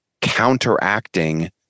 counteracting